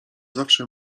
zawsze